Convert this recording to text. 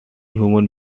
human